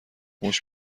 موش